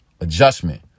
adjustment